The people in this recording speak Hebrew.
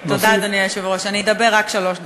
תודה, אדוני היושב-ראש, אני אדבר רק שלוש דקות.